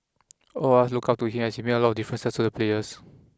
all of us looked up to him and he made a lot of difference to the players